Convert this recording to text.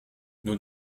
nos